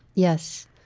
yes.